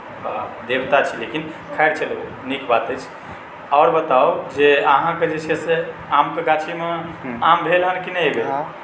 देवता छलखिन खैर चलु नीक बात छै आओर बताउ अहाँकेॅं जे छै से आमके गाछीमे आम भेल हँ कि नहि एहि बेर